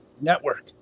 network